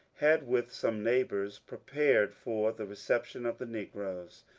had with some neighbours prepared for the reception of the negroes.